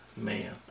man